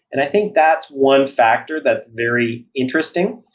and i think that's one factor that's very interesting.